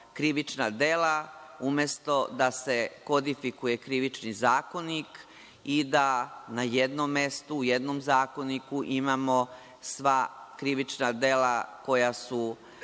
krivična dela umesto da se kodifikuje Krivični zakonik i da na jednom mestu, u jednom zakoniku imamo sva krivična dela koja su